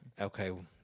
Okay